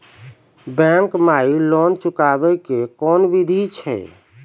Bank माई loan चुकाबे के कोन बिधि छै?